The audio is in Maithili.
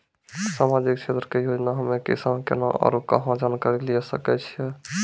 समाजिक क्षेत्र के योजना हम्मे किसान केना आरू कहाँ जानकारी लिये सकय छियै?